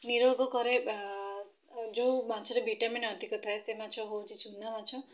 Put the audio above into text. ନିରୋଗ କରେ ଯେଉଁ ମାଛରେ ଭିଟାମିନ୍ ଅଧିକ ଥାଏ ସେ ମାଛ ହେଉଛି ଚୁନା ମାଛ